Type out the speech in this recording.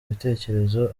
ibitekerezo